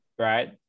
Right